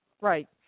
Right